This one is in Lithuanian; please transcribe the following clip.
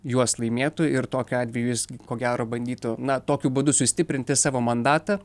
juos laimėtų ir tokiu atveju jis ko gero bandytų na tokiu būdu sustiprinti savo mandatą